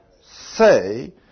say